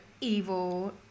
evil